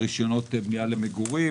רישיונות בנייה למגורים